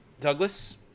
Douglas